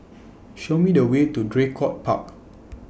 Show Me The Way to Draycott Park